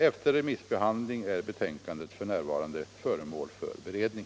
Efter remissbehandling är betänkandet f.n. föremål för beredning.